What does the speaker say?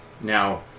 now